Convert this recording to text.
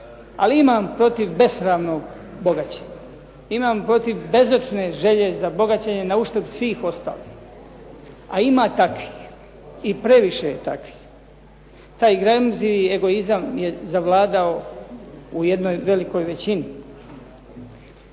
ali imam protiv besramnog bogaćenja. Imam protiv bezočne želje za bogaćenjem na uštrb svih ostalih, a ima takvih, i previše takvih. Taj gramzivi egoizam je zavladao u jednoj velikoj većini.